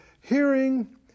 Hearing